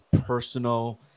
personal